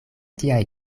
tiaj